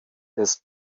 des